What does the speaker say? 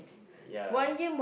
ya